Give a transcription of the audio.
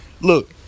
Look